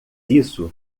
isso